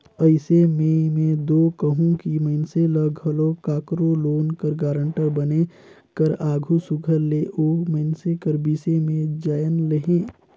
अइसे में में दो कहूं कि मइनसे ल घलो काकरो लोन कर गारंटर बने कर आघु सुग्घर ले ओ मइनसे कर बिसे में जाएन लेहे